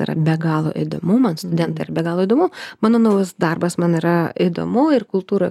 yra be galo įdomu man studentai be yra be galo įdomu mano naujas darbas man yra įdomu ir kultūra